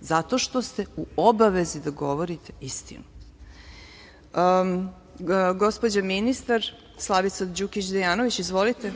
Zato što ste u obavezi da govorite istinu. Gospođa ministar Slavica Đukić Dejanović. Izvolite.